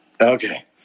Okay